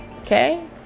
Okay